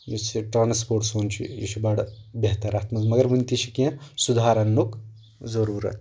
یُس یہِ ٹرانسپورٹ سون چھُ یہِ چھُ بڑٕ بہتر اتھ منٛز مگر وُنہِ تہِ چھِ کینٛہہ سُدہار اننُک ضروٗرت